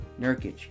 Nurkic